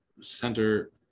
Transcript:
center